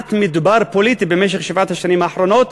בכמעט מדבר פוליטי במשך שבע השנים האחרונות,